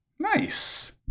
Nice